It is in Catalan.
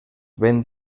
ben